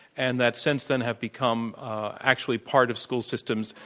and that since then have become actually part of school systems,